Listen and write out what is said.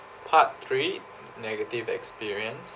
part three negative experience